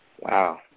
Wow